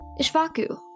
Ishvaku